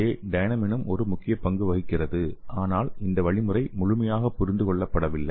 இங்கே டைனமினும் ஒரு முக்கிய பங்கு வகிக்கிறது ஆனால் இதன் வழிமுறை முழுமையாக புரிந்து கொள்ளப்படவில்லை